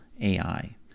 AI